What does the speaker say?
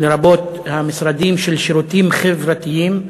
לרבות במשרדים של שירותים חברתיים,